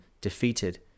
defeated